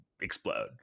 explode